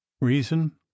reason